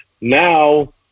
Now